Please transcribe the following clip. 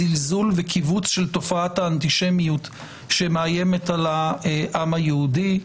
זלזול וכיווץ של תופעת האנטישמיות שמאיימת על העם היהודי.